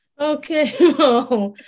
Okay